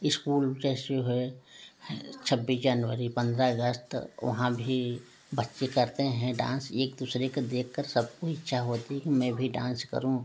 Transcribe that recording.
school जैसे है छब्बीस जनवरी पंद्रह अगस्त वहाँ भी बच्चे करते हैं डांस एक दूसरे का देख कर सब को इच्छा होती है कि मैं भी डांस करूँ